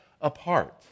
apart